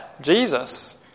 Jesus